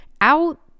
out